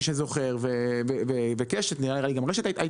קשת ורשת.